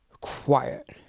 quiet